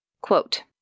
Quote